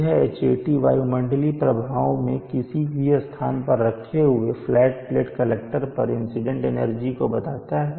यह Hat वायुमंडलीय प्रभाव मैं किसी भी स्थान पर रखे हुए फ्लैट प्लेट कलेक्टर पर इंसीडेंट एनर्जी को बताता है